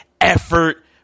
effort